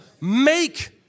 make